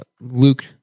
Luke